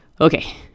Okay